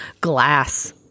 Glass